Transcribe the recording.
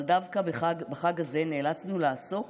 אבל דווקא בחג הזה נאלצנו לעסוק